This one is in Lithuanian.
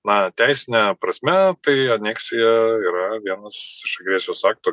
na teisine prasme tai aneksija yra vienas iš agresijos akto